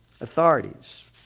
Authorities